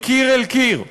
מקיר אל קיר.